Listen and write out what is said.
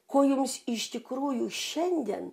ko jums iš tikrųjų šiandien